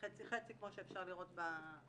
חצי חצי כמו שאפשר לראות בשקופית.